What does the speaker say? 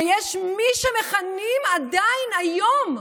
ויש מי שמכנים עדיין, היום,